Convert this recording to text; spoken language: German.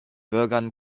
bürgern